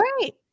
Right